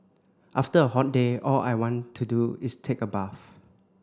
after a hot day all I want to do is take a bath